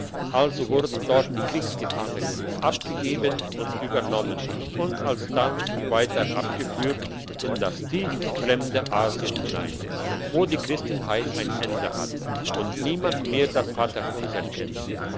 also wurden dort die kriegsgefangenen abgegeben und übernommen und alsdann weiter abgeführt in das tiefe fremde asien hinein wo die christenheit ein ende hat und niemand mehr das vaterunser kennt